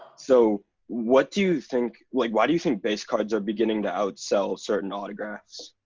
so what do you think, like why do you think base cards are beginning to outsell certain autographs?